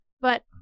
But-